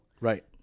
Right